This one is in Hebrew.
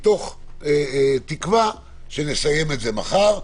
מתוך תקווה שנסיים את זה מחר,